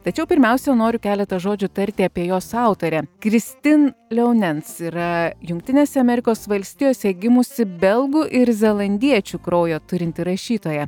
tačiau pirmiausia noriu keletą žodžių tarti apie jos autorę kristin leonens yra jungtinėse amerikos valstijose gimusi belgų ir zelandiečių kraujo turinti rašytoja